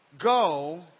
go